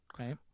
okay